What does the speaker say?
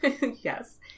Yes